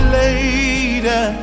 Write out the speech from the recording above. later